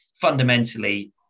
fundamentally